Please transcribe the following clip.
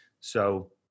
So-